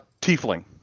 Tiefling